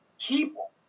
people